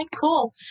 cool